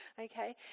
Okay